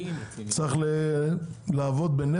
צריך לעבוד ב-,